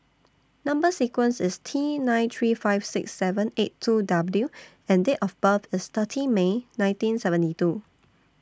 Number sequence IS T nine three five six seven eight two W and Date of birth IS thirty May nineteen seventy two